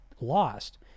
lost